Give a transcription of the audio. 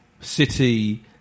City